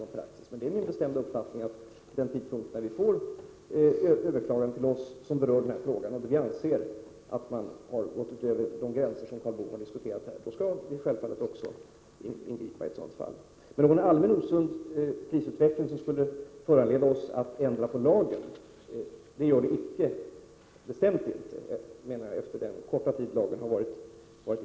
Det är emellertid min bestämda uppfattning att när vi får ett överklagande och då eventuellt kommer fram till att man överskridit de gränser som Karl Boo här diskuterat, skall regeringen självfallet ingripa. Men det är också min bestämda uppfattning att någon allmän osund prisutveckling som skulle föranleda oss att förslå en ändring av lagen inte har förekommit under den korta tid lagen varit i kraft.